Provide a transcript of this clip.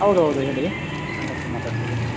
ಹೌದೌದು ಹೇಳಿ ನಾನು ಡಾಕ್ಟರ್ ಮಾತಾಡ್ತಿದ್ದೀನಿ